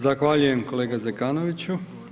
Zahvaljujem kolega Zekanoviću.